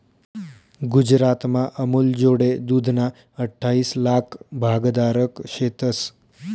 गुजरातमा अमूलजोडे दूधना अठ्ठाईस लाक भागधारक शेतंस